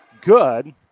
good